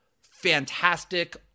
fantastic